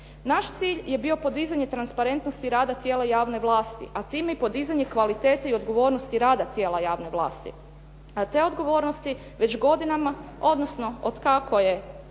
Naš cilj je bio podizanje transparentnosti rada tijela javne vlasti, a tim i podizanje kvalitete i odgovornosti rada tijela javne vlasti. Te odgovornosti već godinama odnosno otkako je